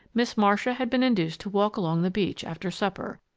miss marcia had been induced to walk along the beach, after supper,